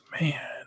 Man